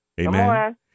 Amen